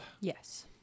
Yes